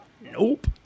Nope